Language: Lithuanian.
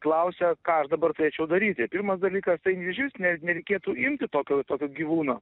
klausia ką aš dabar turėčiau daryti pirmas dalykas tai išvis net nereikėtų imti tokio tokio gyvūno